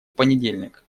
понедельник